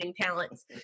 talents